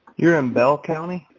you're in bell county.